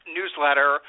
newsletter